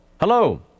Hello